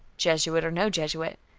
jesuit or no jesuit.